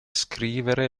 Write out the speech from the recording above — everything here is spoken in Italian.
scrivere